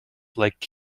like